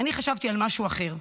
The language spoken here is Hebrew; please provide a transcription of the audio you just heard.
אני חשבתי על משהו אחר.